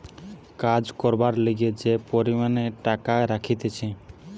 কাজ করবার লিগে যে পরিমাণে টাকা রাখতিছে